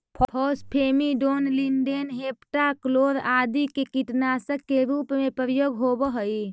phosphamidon, lindane, heptachlor आदि के कीटनाशक के रूप में प्रयोग होवऽ हई